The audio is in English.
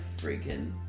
freaking